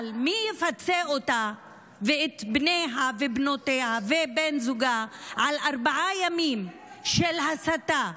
אבל מי יפצה אותה ואת בניה ובנותיה ואת בן זוגה על ארבעה ימים של הסתה,